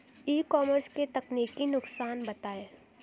ई commerce के तकनीकी नुकसान बताएं?